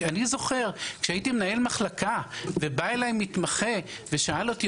אני זוכר כשהייתי מנהל מחלקה ובא אלי מתמחה ושאל אותי,